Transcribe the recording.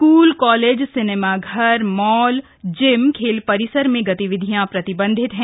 school college सिनेमाघर mall gym खेल परिसर में गतिविधियां प्रतिबंधित हैं